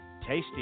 Tasty